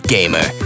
Gamer